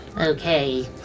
Okay